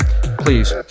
please